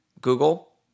Google